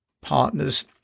partners